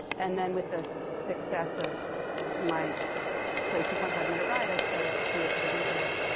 and then with the success of my play, two point five minute ride, i started to tour to the regionals.